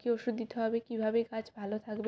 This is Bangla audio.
কী ওষুধ দিতে হবে কীভাবে গাছ ভালো থাকবে